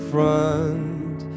Front